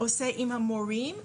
עושה עם המורים.